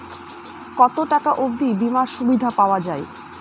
কত টাকা অবধি বিমার সুবিধা পাওয়া য়ায়?